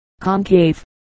concave